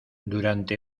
durante